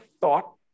thought